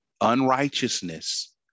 Unrighteousness